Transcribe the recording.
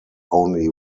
only